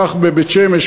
כך בבית-שמש,